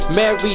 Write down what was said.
Mary